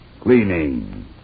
cleaning